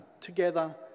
together